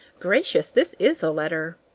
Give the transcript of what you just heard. gracious! this is a letter!